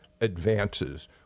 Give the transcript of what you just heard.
advances